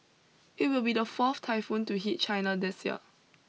it will be the fourth typhoon to hit China this year